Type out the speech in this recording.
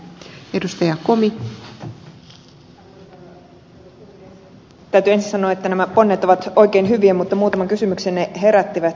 täytyy ensin sanoa että nämä ponnet ovat oikein hyviä mutta muutaman kysymyksen ne herättivät